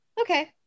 okay